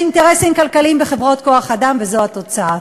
יש אינטרסים כלכליים בחברות כוח-אדם, וזו התוצאה.